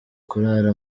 kurara